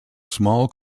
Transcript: small